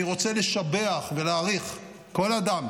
אני רוצה לשבח ולהעריך כל אדם